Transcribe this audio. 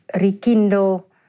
rekindle